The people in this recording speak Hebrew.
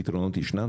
פתרונות ישנם,